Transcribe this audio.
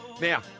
Now